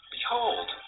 Behold